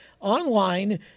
Online